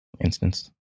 instance